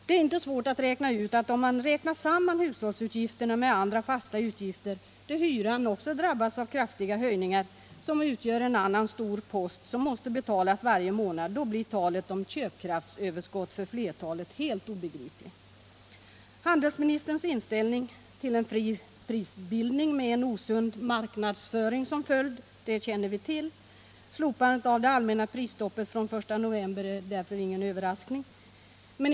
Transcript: Det är inte svårt att räkna ut att om man räknar samman hushållsutgifterna med andra fasta utgifter — där hyran, som också drabbats av kraftiga höjningar, utgör en annan stor post som måste betalas varje månad — då blir talet om köpkraftsöverskott för flertalet helt obegripligt. Handelsministerns inställning till en fri prisbildning med en osund marknadsföring som följd känner vi till. Slopandet av det allmänna prisstoppet från den 1 november är därför ingen överraskning.